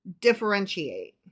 differentiate